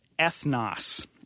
ethnos